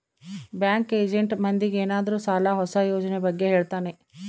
bank agent ಮಂದಿಗೆ ಏನಾದ್ರೂ ಸಾಲ ಹೊಸ ಯೋಜನೆ ಬಗ್ಗೆ ಹೇಳ್ತಾನೆ